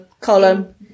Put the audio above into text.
column